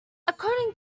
according